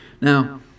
Now